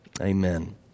Amen